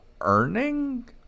earning